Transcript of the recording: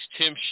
Tim